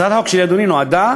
הצעת החוק שלי, אדוני, נועדה,